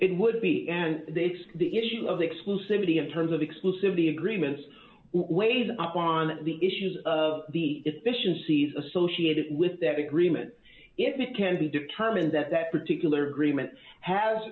it would be and the issue of exclusivity in terms of exclusivity agreements weighs upon the issues of the efficiencies associated with that agreement if it can be determined that that particular agreement has